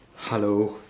hello